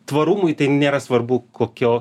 tvarumui tai nėra svarbu kokio